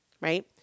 Right